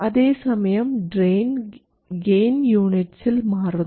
അതേസമയം drain gain യൂണിറ്റ്സിൽ മാറുന്നു